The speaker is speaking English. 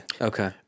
Okay